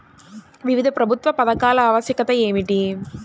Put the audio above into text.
వివిధ ప్రభుత్వ పథకాల ఆవశ్యకత ఏమిటీ?